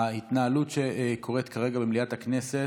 ההתנהלות כרגע במליאת הכנסת,